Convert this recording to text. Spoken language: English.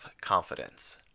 confidence